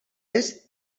est